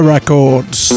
Records